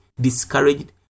discouraged